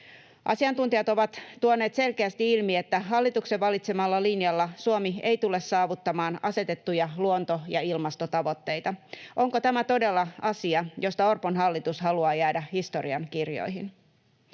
Asiantuntijat ovat tuoneet selkeästi ilmi, että hallituksen valitsemalla linjalla Suomi ei tule saavuttamaan asetettuja luonto- ja ilmastotavoitteita. Onko tämä todella asia, josta Orpon hallitus haluaa jäädä historiankirjoihin?